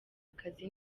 akazi